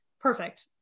perfect